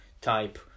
type